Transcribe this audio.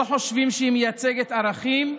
לא חושבים שהיא מייצגת ערכים,